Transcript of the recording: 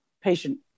patient